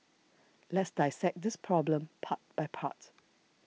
let's dissect this problem part by part